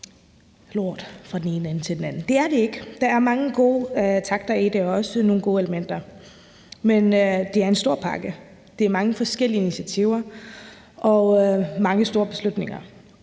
Det er det ikke. Der er mange gode takter i det og også nogle gode elementer. Men det er en stor pakke. Det er mange forskellige initiativer og mange store beslutninger.